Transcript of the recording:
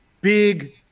big